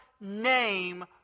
name